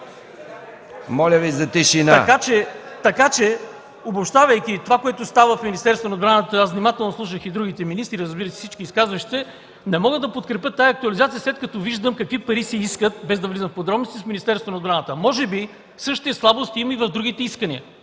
Моля Ви за тишина!